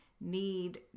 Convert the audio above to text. need